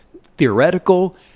theoretical